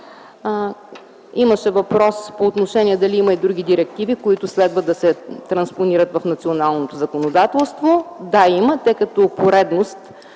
Имаше въпрос по отношение на това дали има и други директиви, които следва да се транспонират в националното законодателство. Да, има. Те като поредност